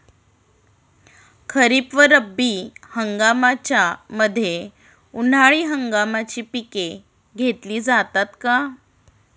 खरीप व रब्बी हंगामाच्या मध्ये उन्हाळी हंगामाची पिके घेतली जातात का?